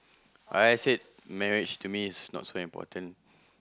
I said marriage to me is not so important